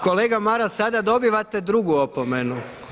Kolega Maras, sada dobivate drugu opomenu.